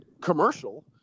commercial